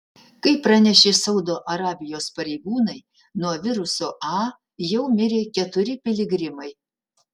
kaip pranešė saudo arabijos pareigūnai nuo viruso a jau mirė keturi piligrimai